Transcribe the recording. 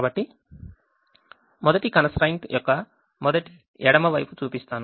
కాబట్టి మొదటి constraint యొక్క మొదటి ఎడమ వైపు చూపిస్తాను